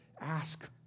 Ask